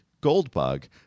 Goldbug